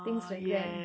things like that